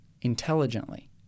Intelligently